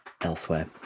elsewhere